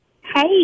Hey